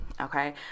Okay